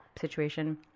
situation